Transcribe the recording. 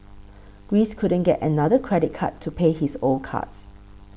Greece couldn't get another credit card to pay his old cards